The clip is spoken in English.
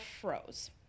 froze